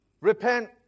repent